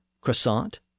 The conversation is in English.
croissant